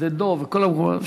שדה-דב וכל המקומות,